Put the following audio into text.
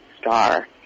star